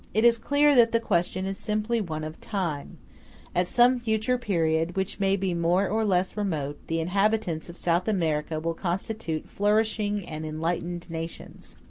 it is clear that the question is simply one of time at some future period, which may be more or less remote, the inhabitants of south america will constitute flourishing and enlightened nations.